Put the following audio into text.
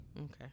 okay